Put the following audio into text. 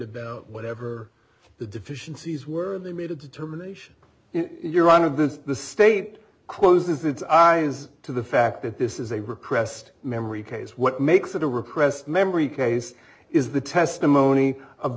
about whatever the deficiencies were they made a determination you're out of this the state closes its eyes to the fact that this is a repressed memory case what makes it a repressed memory case is the testimony of